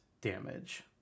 damage